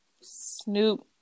snoop